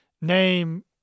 name